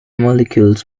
molecules